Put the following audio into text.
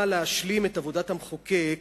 באה להשלים את עבודת המחוקק